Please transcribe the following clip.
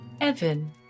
Evan